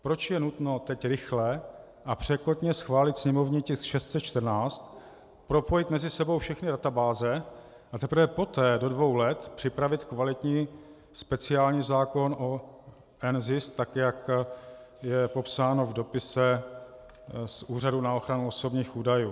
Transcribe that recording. Proč je nutno teď rychle a překotně schválit sněmovní tisk 614, propojit mezi sebou všechny databáze, a teprve poté do dvou let připravit kvalitní speciální zákon o NZIS tak, jak je popsáno v dopise z Úřadu na ochranu osobních údajů?